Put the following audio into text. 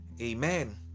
amen